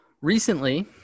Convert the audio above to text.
Recently